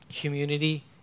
community